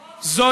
נתארגן.